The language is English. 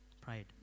Pride